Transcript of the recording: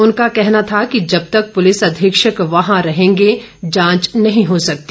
उनको कहना था कि जब तक पुलिस अधीक्षक वहां रहेंगे जांच नहीं हो सकती